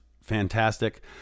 fantastic